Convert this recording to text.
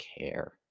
care